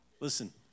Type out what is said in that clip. Listen